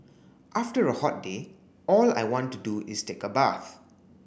after a hot day all I want to do is take a bath